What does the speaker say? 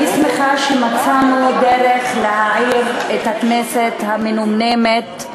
אני שמחה שמצאנו דרך להעיר את הכנסת המנומנמת.